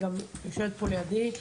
היא יושבת פה לידי,